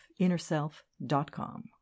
InnerSelf.com